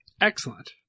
Excellent